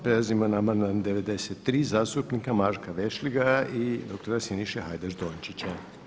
Prelazimo na amandman 93. zastupnika Marka Vešligaja i doktora Siniše Hajdaš Dončića.